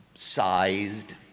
sized